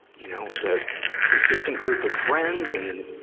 you know, the consisting group of friends and,